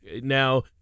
Now